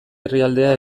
herrialdea